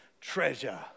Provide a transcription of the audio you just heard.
treasure